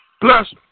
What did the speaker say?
Bless